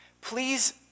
Please